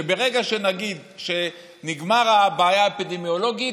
שברגע שנגיד שנגמרה הבעיה האפידמיולוגית,